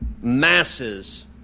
Masses